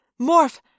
Morph